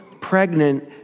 pregnant